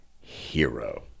hero